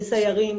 לסיירים,